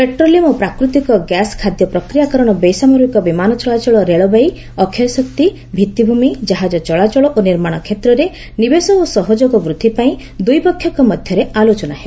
petroleum ଓ ପ୍ରାକୃତିକ gas ଖାଦ୍ୟ ପ୍ରକ୍ରିୟାକରଣ ବେସାମରିକ ବିମାନ ଚଳାଚଳ ରେଳବାଇ ଅକ୍ଷୟଶକ୍ତି ଭିଭିଭୂମି ଜାହାଜ ଚଳାଚଳ ଓ ନିର୍ମାଣ କ୍ଷେତ୍ରରେ ନିବେଶ ଓ ସହଯୋଗ ବୃଦ୍ଧି ପାଇଁ ଦୁଇପକ୍ଷଙ୍କ ମଧ୍ୟରେ ଆଲୋଚନା ହେବ